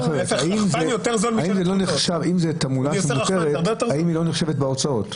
אם זו תעמולה מותרת, האם היא לא נחשבת בהוצאות?